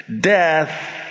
death